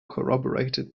corroborated